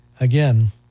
again